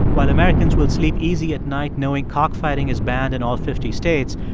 while americans will sleep easy at night knowing cockfighting is banned in all fifty states,